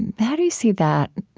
and how do you see that?